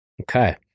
Okay